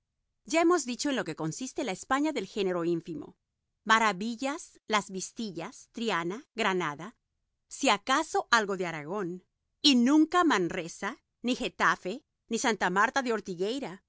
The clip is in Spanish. ya hemos dicho en lo que consiste la españa del género ínfimo maravillas las vistillas triana granada si acaso algo de aragón y nunca manresa ni getafe ni santa marta de